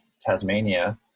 Tasmania